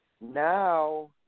now